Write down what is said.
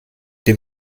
dem